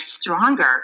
stronger